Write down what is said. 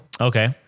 Okay